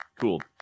cool